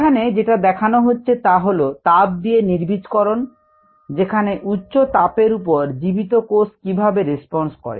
এখানে যেটা দেখানো হচ্ছে তা হলো তাপ দিয়ে নির্বীজকরণ যেখানে উচ্চ তাপ এর উপর জীবিত কোষ কিভাবে রেসপন্স করে